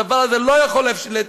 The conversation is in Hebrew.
הדבר הזה לא יכול להתאפשר.